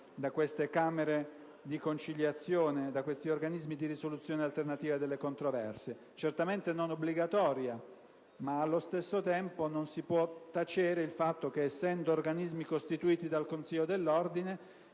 da queste camere di conciliazione e da questi organismi di risoluzione alternativa delle controversie? Certamente non quella obbligatoria. Allo stesso tempo, non si può tacere il fatto che essendo organismi costituiti dal consiglio dell'ordine